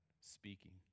speaking